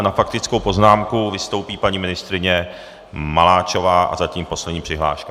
Na faktickou poznámku vystoupí paní ministryně Maláčová zatím poslední přihláška.